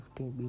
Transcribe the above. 15